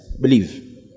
Believe